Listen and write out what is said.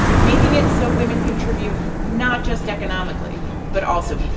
making it so women contribute not just economically but also